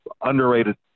underrated